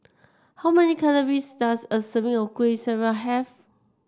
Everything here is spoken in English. how many calories does a serving of Kueh Syara have